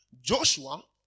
Joshua